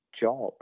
job